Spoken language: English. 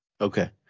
Okay